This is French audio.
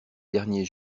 derniers